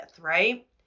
Right